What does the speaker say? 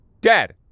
Dad